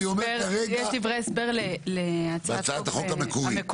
אני רק אגיד שיש דברי הסבר להצעת החוק המקורית